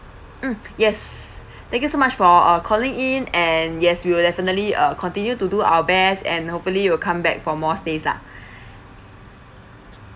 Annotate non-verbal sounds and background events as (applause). mm yes thank you so much for uh calling in and yes we will definitely uh continue to do our best and hopefully you will come back for more stays lah (breath)